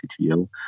cto